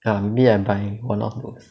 ya maybe I buy for now